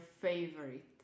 favorite